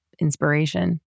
Inspiration